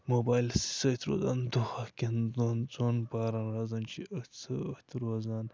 موبایلَس سۭتۍ روزان دۄہہٕ کٮ۪ن دۄن ژۄن پہرَن روزان چھِ یہِ أتھۍ سۭتۍ روزان